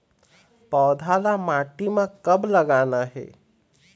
पौधा ला माटी म कब लगाना हे?